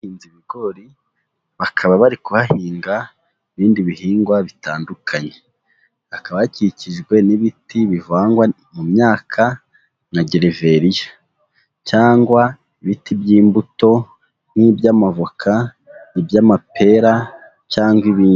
Ibigori bakaba bari kuhahinga ibindi bihingwa bitandukanye, hzkaba hzkikijwe n'ibiti bivangwa mu myaka nka gereveriya cyangwa ibiti by'imbuto nk'iby'amavoka n'iby'amapera cyangwa ibindi.